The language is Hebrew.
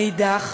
מאידך,